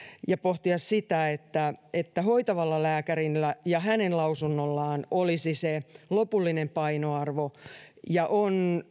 ja pohtia sitä että että hoitavalla lääkärillä ja hänen lausunnollaan olisi se lopullinen painoarvo ja on